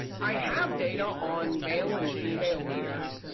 i have data on male and female leaders,